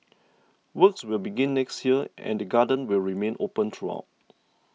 works will begin next year and the garden will remain open throughout